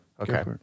Okay